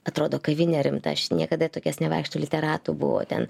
atrodo kavinė rimta aš niekada į tokias nevaikštau literatų buvo ten